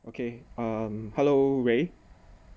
okay um hello ray